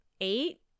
eight